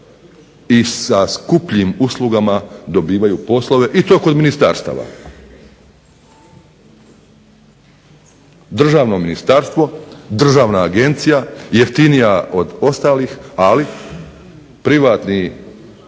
i sa skupljim uslugama dobivaju poslove i to kod ministarstava. Državno ministarstvo, državna agencija jeftinija od ostalih, ali privatni